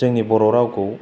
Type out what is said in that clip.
जोंनि बर' रावखौ